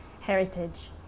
heritage